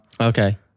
Okay